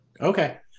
Okay